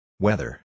Weather